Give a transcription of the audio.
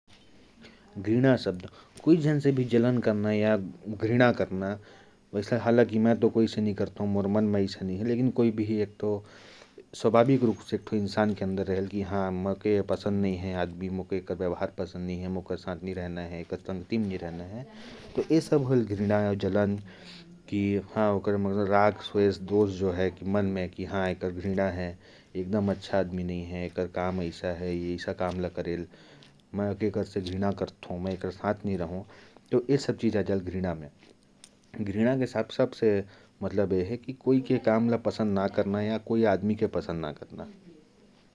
कोई भी आदमी से घृणा करना या उससे जलन करना, या किसी आदमी के काम को पसंद नहीं करना, उसकी संगत में रहना पसंद नहीं करना, या उसके द्वारा किए गए किसी काम को पसंद नहीं करना, यह सब घृणा कहलाता है।